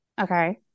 Okay